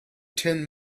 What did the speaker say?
ten